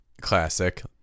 classic